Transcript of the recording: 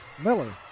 Miller